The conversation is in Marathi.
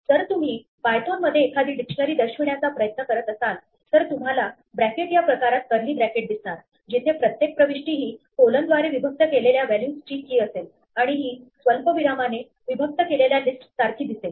जर तुम्ही पायथोन मध्ये एखादी डिक्शनरी दर्शविण्याचा प्रयत्न करत असाल तर तुम्हाला ब्रॅकेट या प्रकारात कर्ली ब्रॅकेट दिसणार जिथे प्रत्येक प्रविष्टी ही कोलन द्वारे विभक्त केलेल्या व्हॅल्यूज ची key असेल आणि ही स्वल्पविराम ने विभक्त केलेल्या लिस्ट सारखी दिसेल